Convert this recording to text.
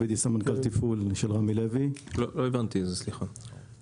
לא הבנתי את זה, סליחה,